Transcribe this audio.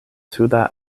suda